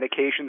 medications